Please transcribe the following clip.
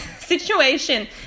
situation